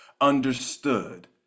understood